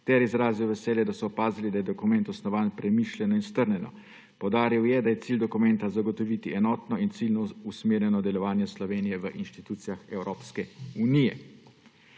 je izrazil veselje, da so opazili, da je dokument osnovan premišljeno in strnjeno. Poudaril je, da je cilj dokumenta zagotoviti enotno in ciljno usmerjeno delovanje Slovenije v institucijah Evropske unije.